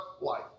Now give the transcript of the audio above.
life